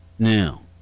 Now